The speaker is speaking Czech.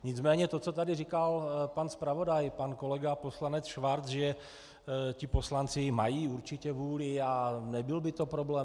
Nicméně to, co tady říkal pan zpravodaj pan kolega poslanec Schwarz, že ti poslanci mají určitě vůli a nebyl by to problém.